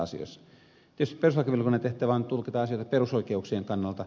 tietysti perustuslakivaliokunnan tehtävä on tulkita asioita perusoikeuksien kannalta